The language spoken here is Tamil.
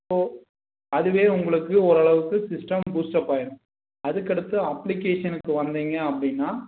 ஸோ அதுவே உங்களுக்கு ஓரளவுக்கு சிஸ்டம் பூஸ்ட் அப் ஆயிரும் அதுக்கு அடுத்து அப்ளிக்கேஷனுக்கு வந்தீங்க அப்படினா